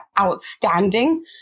outstanding